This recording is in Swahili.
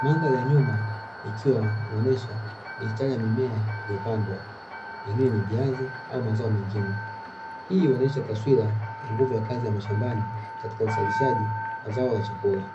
Mandhari ya nyuma ikiwa inaonyesha mistari ya mimea iliyopandwa, pengine ni viazi au mazao mengine. Hii huonyesha taswira ya nguvu ya kazi ya mashambani katika uzalishaji wa zao la chakula.